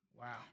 Wow